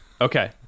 Okay